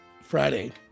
Friday